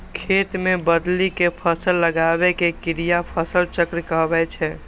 खेत मे बदलि कें फसल लगाबै के क्रिया फसल चक्र कहाबै छै